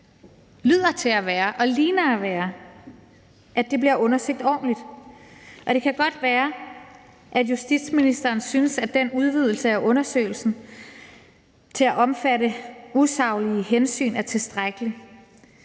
fald lyder til at være og ser ud til at være, bliver undersøgt ordentligt. Og det kan godt være, at justitsministeren synes, at den udvidelse af undersøgelsen til at omfatte usaglige hensyn er tilstrækkelig,